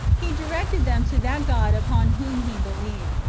he directed them to that god upon whom he believed,